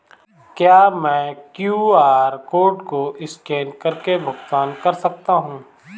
क्या मैं QR code को स्कैन करके भुगतान कर सकता हूं?